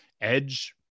Edge